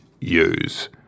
use